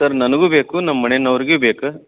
sir ನನಗು ಬೇಕು ನಮ್ಮ ಮನೆಯವ್ರಿಗ್ ಬೇಕು